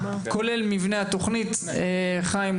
כולל מבנה התוכנית חיים,